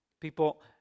People